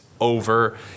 over